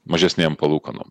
mažesnėm palūkanom